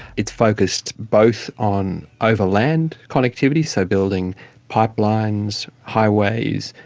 it's focused both on over-land connectivity, so building pipelines, highways,